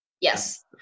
yes